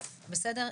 בסדר,